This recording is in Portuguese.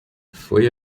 foi